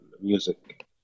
music